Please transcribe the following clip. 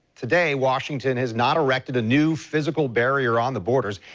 today washington has not erected a new physically barriers on the borders.